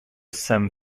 sam